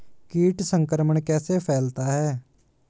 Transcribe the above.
कीट संक्रमण कैसे फैलता है?